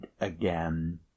again